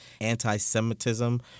anti-Semitism